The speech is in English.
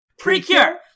Precure